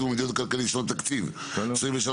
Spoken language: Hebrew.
המדיניות הכלכלית לשנות התקציב 2023-2024),